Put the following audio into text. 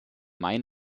main